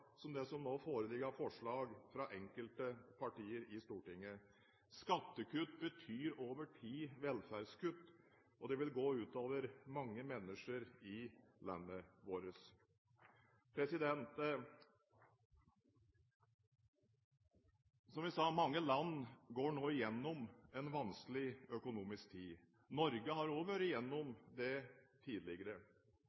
som det som nå foreligger av forslag fra enkelte partier i Stortinget. Skattekutt betyr over tid velferdskutt, og det vil gå ut over mange mennesker i landet vårt. Som jeg sa, mange land går nå gjennom en vanskelig økonomisk tid. Norge har også vært gjennom det tidligere, og vi har vært